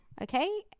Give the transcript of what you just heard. okay